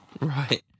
Right